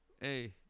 Hey